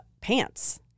pants